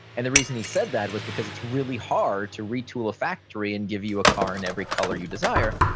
and the reason he said that was because it's really hard to retool a factory and give you a car in every color you desire.